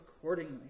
accordingly